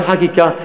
גם חקיקה.